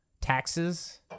taxes